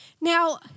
Now